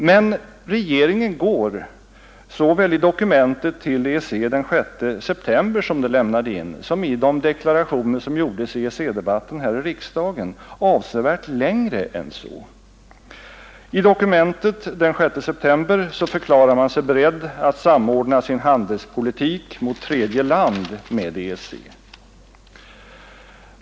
Men regeringen går, såväl i det dokument den lämnade in till EEC den 6 september som i de deklarationer som gjordes i EEC-debatten här i riksdagen, avsevärt längre än så. I dokumentet av den 6 september förklarar man sig beredd att samordna sin handelspolitik mot tredje land med EEC:s.